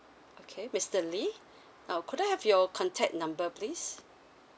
okay mister lee now could I have your contact number please